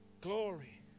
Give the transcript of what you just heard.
Glory